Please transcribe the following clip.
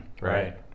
Right